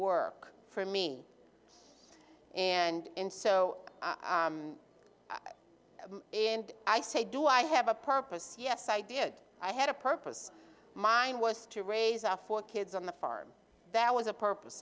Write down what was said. work for me and so i and i say do i have a purpose yes i did i had a purpose mine was to raise our four kids on the farm that was a purpose